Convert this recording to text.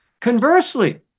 Conversely